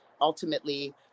ultimately